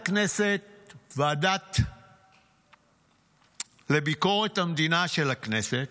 לוועדה לביקורת המדינה של הכנסת